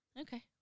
Okay